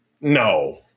No